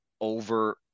over